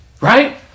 Right